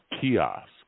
kiosk